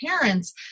Parents